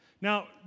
Now